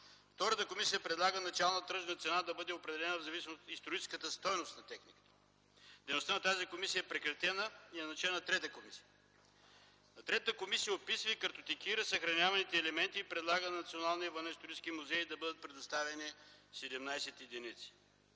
Втората комисия предлага началната тръжна цена да бъде определена в зависимост от историческата стойност на техниката. Дейността на тази комисия е прекратена и е назначена трета комисия. Третата комисия описва и картотекира съхраняваните елементи и предлага на Националния военноисторически музей да бъдат предоставени 17 единици.